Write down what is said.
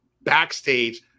backstage